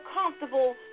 comfortable